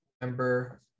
remember